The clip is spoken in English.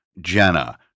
Jenna